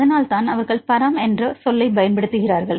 அதனால்தான் அவர்கள் பரம் என்ற சொல்லைப் பயன்படுத்துகிறார்கள்